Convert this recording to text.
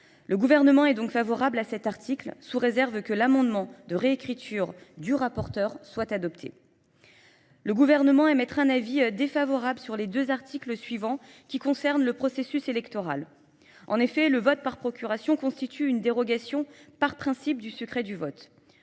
Le gouvernement est donc favorable à cet article sous réserve que l'amendement de réécriture du rapporteur soit adopté. Le gouvernement aimait être un avis défavorable sur les deux articles suivants qui concernent le processus électoral. En effet, le vote par procuration constitue une dérogation par principe du secret du vote.